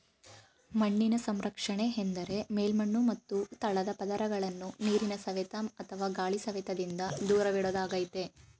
ಮಣ್ಣಿನ ಸಂರಕ್ಷಣೆ ಎಂದರೆ ಮೇಲ್ಮಣ್ಣು ಮತ್ತು ತಳದ ಪದರಗಳನ್ನು ನೀರಿನ ಸವೆತ ಅಥವಾ ಗಾಳಿ ಸವೆತದಿಂದ ದೂರವಿಡೋದಾಗಯ್ತೆ